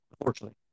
unfortunately